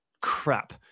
crap